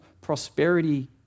prosperity